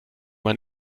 man